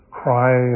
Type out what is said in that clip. cry